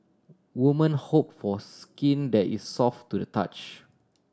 woman hope for skin that is soft to the touch